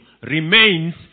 remains